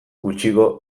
gutxiko